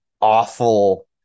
awful